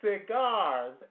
cigars